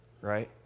right